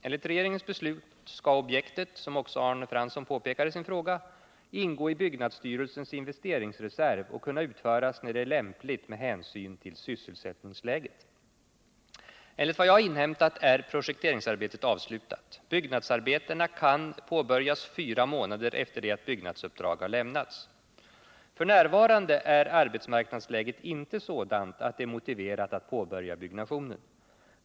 Enligt regeringens beslut skall objektet, som också Arne Fransson påpekar i sin fråga, ingå i byggnadsstyrelsens investeringsreserv och kunna utföras när det är lämpligt med hänsyn till sysselsättningsläget. Enligt vad jag har inhämtat är projekteringsarbetet avslutat. Byggnadsarbetena kan påbörjas fyra månader efter det att byggnadsuppdrag har lämnats. F.n. är arbetsmarknadsläget inte sådant att det är motiverat att påbörja byggnationen.